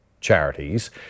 charities